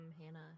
Hannah